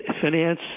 finance